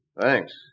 Thanks